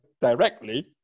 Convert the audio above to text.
directly